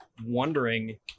wondering